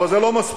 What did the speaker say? אבל זה לא מספיק.